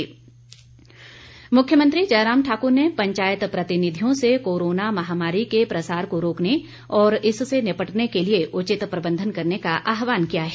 मुख्यमंत्री मुख्यमंत्री जयराम ठाक्र ने पंचायत प्रतिनिधियों से कोरोना महामारी के प्रसार को रोकने और इससे निपटने के लिए उचित प्रबंधन करने का आहवान किया है